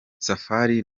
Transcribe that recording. safari